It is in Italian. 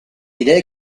idee